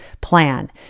plan